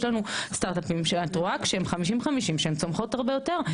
יש לנו סטארט-אפים שאת רואה כשהם 50-50 שהן צומחות הרבה יותר.